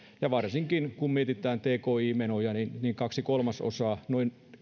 ja varsinkin kun mietitään tki menoja niin niin kaksi kolmasosaa noin